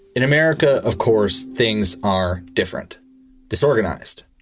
in america, of course, things are different disorganized,